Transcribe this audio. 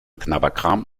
knabberkram